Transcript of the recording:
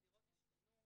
הזירות השתנו,